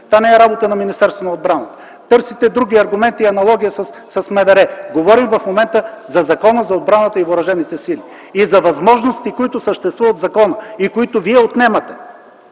това не е работа на Министерството на отбраната! Търсите други аргументи и аналогия с МВР. Говорим в момента за Закона за отбраната и въоръжените сили и за възможности, които съществуват в закона и които вие отнемате.